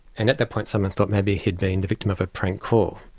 and at that point simon thought maybe he'd been the victim of a prank call.